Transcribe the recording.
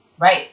Right